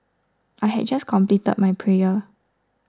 I had just completed my prayer